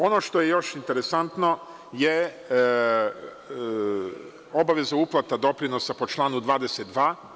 Ono što je još interesantno je obaveza uplata doprinosa po članu 22.